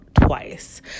twice